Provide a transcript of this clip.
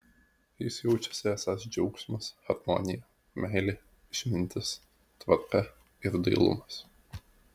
jis jaučiasi esąs džiaugsmas harmonija meilė išmintis tvarka ir dailumas